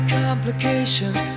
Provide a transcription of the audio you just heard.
complications